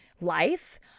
life